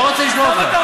זאת אומרת,